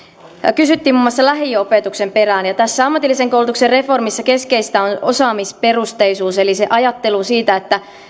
kysyttiin muun muassa lähiopetuksen perään tässä ammatillisen koulutuksen reformissa keskeistä on osaamisperusteisuus eli se ajattelu siitä että